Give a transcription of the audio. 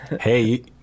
Hey